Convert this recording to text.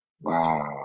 Wow